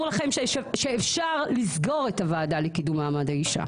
לכם שאפשר לסגור את הוועדה לקידום מעמד האישה.